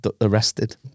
arrested